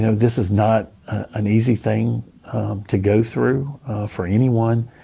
you know this is not an easy thing to go through for anyone.